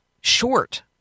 short